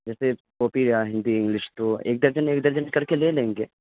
جیسے کاپی رہا ہندی انگلش تو ایک درجن ایک درجن کرکے لے لیں گے